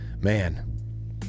man